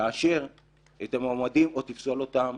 תאשר את המועמדים או תפסול אותם